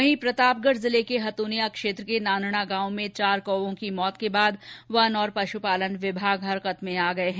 वहीं प्रतापगढ़ जिले के हथुनिया क्षेत्र के नानणा गांव में चार कौओं की मौत के बाद वन एवं पश्पालन विभाग हरकत में आ गया है